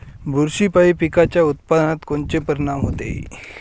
बुरशीपायी पिकाच्या उत्पादनात कोनचे परीनाम होते?